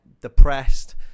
depressed